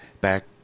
Back